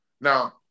Now